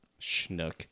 Schnook